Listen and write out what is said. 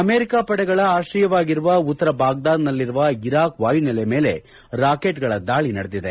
America ಪಡೆಗಳ ಆಶ್ರಯವಾಗಿರುವ ಉತ್ತರ ಬಾಗ್ಲಾದ್ನಲ್ಲಿರುವ ಇರಾಕ್ ವಾಯು ನೆಲೆಯ ಮೇಲೆ ರಾಕೆಟ್ಗಳ ದಾಳಿ ನಡೆದಿದೆ